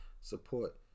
support